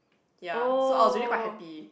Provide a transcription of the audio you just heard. ya so I was already quite happy